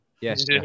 Yes